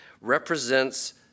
represents